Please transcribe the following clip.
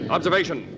Observation